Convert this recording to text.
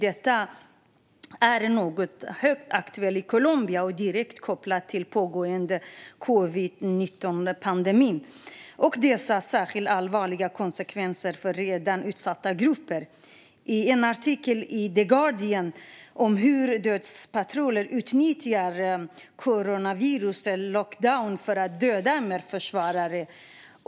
Detta är högaktuellt i Colombia och direkt kopplat till den pågående covid-19-pandemin och dess särskilda allvarliga konsekvenser för redan utsatta grupper. Enligt en artikel i The Guardian utnyttjar dödspatruller coronavirusets lockdown för att döda MR-försvarare.